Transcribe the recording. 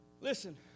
Listen